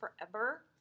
forever